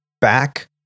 back